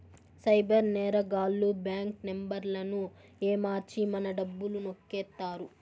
cyber నేరగాళ్లు bank నెంబర్లను ఏమర్చి మన డబ్బులు నొక్కేత్తారు